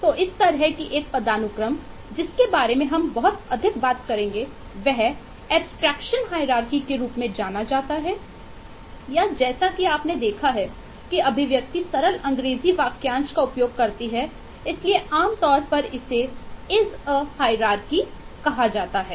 तो इस तरह की एक पदानुक्रम जिसके बारे में हम बहुत अधिक बात करेंगे वह एब्स्ट्रेक्शन हाइरारकी कहा जाता है